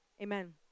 Amen